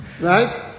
Right